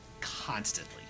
constantly